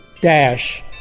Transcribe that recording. Dash